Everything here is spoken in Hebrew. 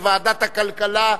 לוועדת הכלכלה,